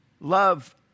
Love